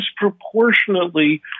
disproportionately